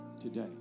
today